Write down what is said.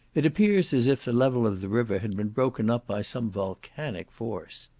it appears as if the level of the river had been broken up by some volcanic force.